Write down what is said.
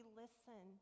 listen